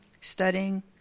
studying